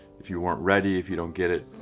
if you weren't ready if you don't get it.